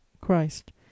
christ